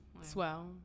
Swell